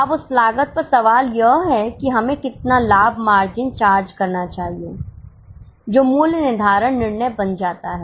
अब उस लागत पर सवाल यह है कि हमें कितना लाभ मार्जिन चार्ज करना चाहिए जो मूल्य निर्धारण निर्णय बन जाता है